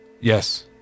Yes